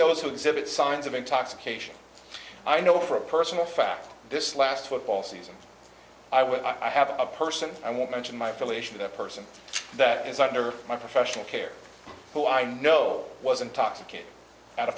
those who exhibit signs of intoxication i know for a personal fact this last football season i would i have a person and woman my filiation the person that is under my professional care who i know was intoxicated at a